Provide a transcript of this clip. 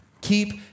keep